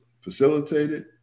facilitated